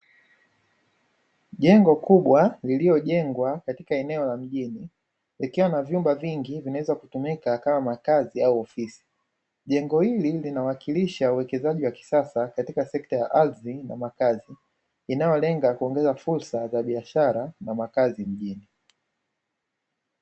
Jengo kubwa lililojengwa katika eneo la mjini, likiwa na vyumba vingi vinavyo weza kutumika kama makazi au ofisi, jengo hili linawakilisha uwekezaji wa kisasa katika sekta ya ardhi na makazi inayolenga kuongeza fursa za biashara na makazi mjini.